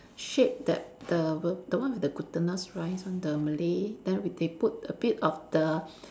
shape that the the one with the glutinous rice one the Malay then we they put a bit of the